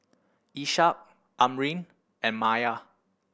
Ishak Amrin and Maya